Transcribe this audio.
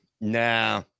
Nah